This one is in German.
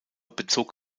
bezog